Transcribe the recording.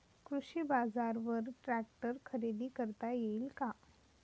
कृषी बाजारवर ट्रॅक्टर खरेदी करता येईल का?